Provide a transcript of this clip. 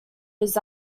his